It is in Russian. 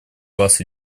вас